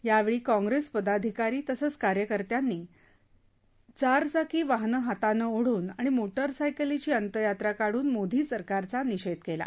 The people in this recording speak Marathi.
यावेळी काँप्रेस पदाधिकारी तसंच कार्यकर्त्यांनी चारचाकी वाहन हाताने ओढून आणि मोटारसायकलची अंत्ययात्रा काढून मोदी सरकारचा निषेध केला